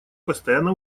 постоянно